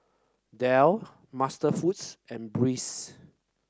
Dell MasterFoods and Breeze